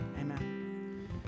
amen